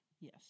yes